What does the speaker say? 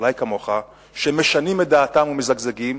אולי כמוך, שמשנות את דעתן ומזגזגות,